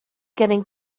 getting